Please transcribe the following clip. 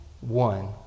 one